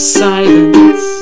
silence